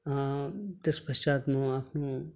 त्यस पश्चात् म आफ्नो